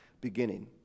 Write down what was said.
beginning